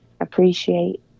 appreciate